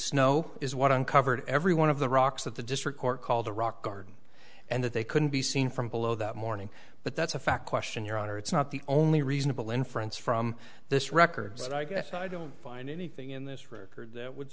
snow is what uncovered every one of the rocks that the district court called the rock garden and that they couldn't be seen from below that morning but that's a fact question your honor it's not the only reasonable inference from this record so i guess i don't find anything in this record